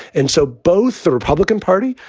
and so both the republican party,